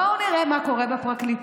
בואו נראה מה קורה בפרקליטות.